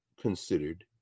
considered